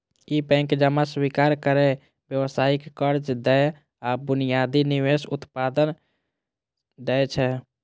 ई bank जमा स्वीकार करै, व्यावसायिक कर्ज दै आ बुनियादी निवेश उत्पाद दै छै